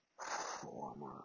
former